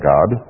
God